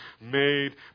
made